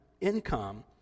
income